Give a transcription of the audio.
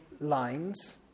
lines